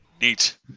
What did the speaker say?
Neat